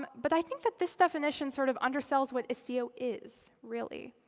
but i think that this definition sort of undersells what istio is, really.